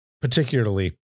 particularly